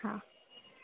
हा